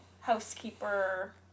housekeeper